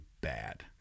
bad